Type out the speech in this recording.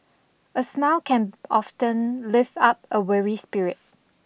A smile can often lift up a weary spirit